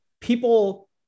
people